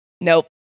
Nope